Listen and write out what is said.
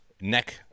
neck